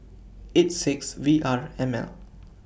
eight six V R M L